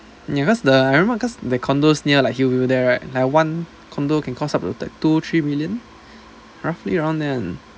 ya that's the I remember cause the condos near like hillview there right like one condo can cost up to two three million roughly around there